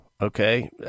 okay